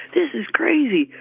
this is crazy.